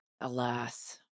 Alas